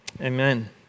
Amen